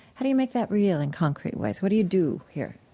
how do you make that real in concrete ways? what do you do here?